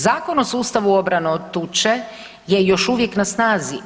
Zakon o sustavu obrane od tuče je još uvijek na snazi.